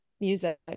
music